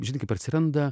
žinai kaip atsiranda